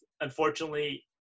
unfortunately